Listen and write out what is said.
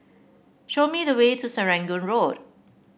show me the way to Serangoon Road